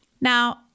Now